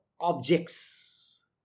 objects